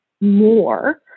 more